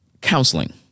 counseling